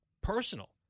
personal